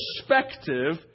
perspective